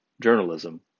journalism